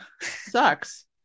sucks